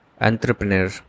entrepreneur